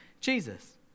Jesus